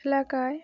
এলাকায়